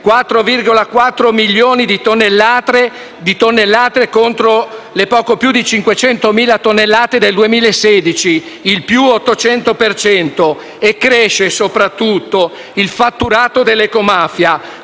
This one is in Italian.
(4,4 milioni di tonnellate contro le poco più di 500.000 tonnellate del 2016, il più 800 per cento) e cresce soprattutto il fatturato dell'ecomafia